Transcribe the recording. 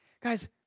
Guys